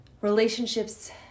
Relationships